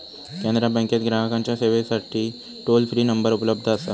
कॅनरा बँकेत ग्राहकांच्या सेवेसाठी टोल फ्री नंबर उपलब्ध असा